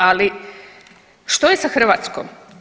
Ali što je sa Hrvatskom?